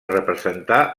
representar